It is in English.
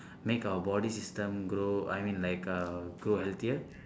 make our body system grow I mean like uh grow healthier